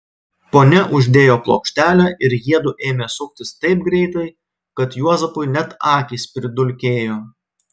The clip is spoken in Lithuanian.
ponia uždėjo plokštelę ir jiedu ėmė suktis taip greitai kad juozapui net akys pridulkėjo